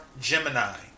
Gemini